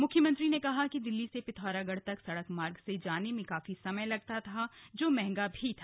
मुख्यमंत्री ने कहा कि दिल्ली से पिथौरागढ़ तक सड़क मार्ग से जाने में काफी समय लगता था जो मंहगा भी था